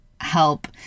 help